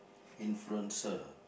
influencer